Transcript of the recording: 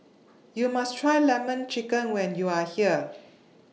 YOU must Try Lemon Chicken when YOU Are here